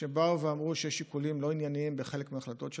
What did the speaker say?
כשבאו ואמרו שיש שיקולים לא ענייניים בחלק מההחלטות שלך.